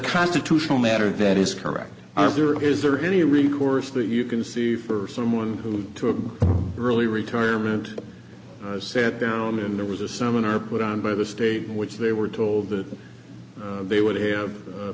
constitutional matter that is correct i'm sure is there any recourse that you can see for someone who took early retirement sat down and there was a seminar put on by the state in which they were told that they would have